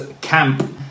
camp